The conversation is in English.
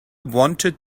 wanted